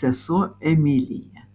sesuo emilija